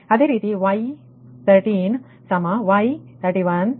ಅದೇ ರೀತಿ y13 y31 1Z13 10